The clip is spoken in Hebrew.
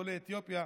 עולי אתיופיה,